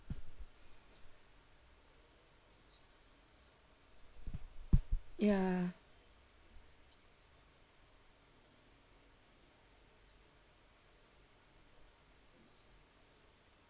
ya